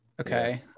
Okay